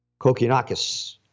Kokinakis